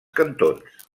cantons